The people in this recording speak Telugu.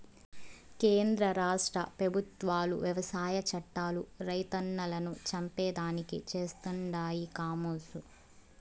కేంద్ర రాష్ట్ర పెబుత్వాలు వ్యవసాయ చట్టాలు రైతన్నలను చంపేదానికి చేస్తండాయి కామోసు